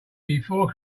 before